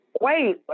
Wait